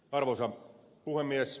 arvoisa puhemies